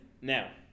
Now